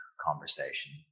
conversation